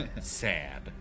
Sad